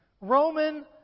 Roman